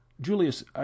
Julius